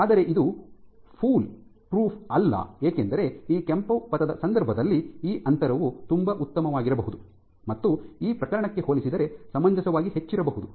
ಆದರೆ ಇದು foolproof ಅಲ್ಲ ಏಕೆಂದರೆ ಈ ಕೆಂಪು ಪಥದ ಸಂದರ್ಭದಲ್ಲಿ ಈ ಅಂತರವು ತುಂಬಾ ಉತ್ತಮವಾಗಿರಬಹುದು ಮತ್ತು ಈ ಪ್ರಕರಣಕ್ಕೆ ಹೋಲಿಸಿದರೆ ಸಮಂಜಸವಾಗಿ ಹೆಚ್ಚಿರಬಹುದು